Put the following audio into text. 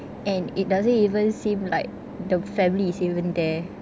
and it doesn't even seem like the family is even there